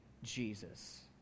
Jesus